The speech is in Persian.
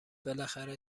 بالاخره